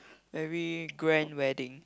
very grand wedding